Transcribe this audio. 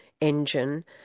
engine